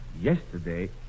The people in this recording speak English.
yesterday